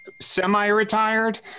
semi-retired